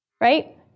right